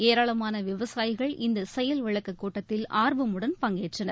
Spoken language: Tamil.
ஏரளமான விவசாயிகள் இந்த செயல்விளக்கக் கூட்டத்தில் ஆர்வமுடன் பங்கேற்றனர்